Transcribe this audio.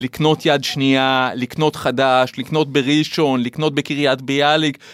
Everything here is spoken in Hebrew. לקנות יד שנייה, לקנות חדש, לקנות בראשון, לקנות בקרית ביאליק.